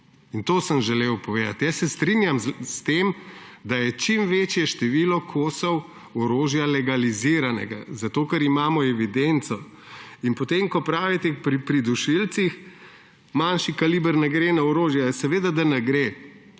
In to sem želel povedati. Jaz se strinjam s tem, da je čim večje število kosov orožja legaliziranega, zato ker imamo evidenco. In ko pravite pri dušilcih, da manjši kaliber ne gre na orožje. Ja, seveda ne gre,